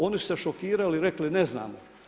Oni su se šokirali i rekli ne znamo.